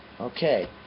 Okay